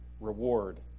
reward